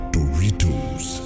Doritos